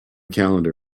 calendar